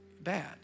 bad